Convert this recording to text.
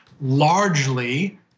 largely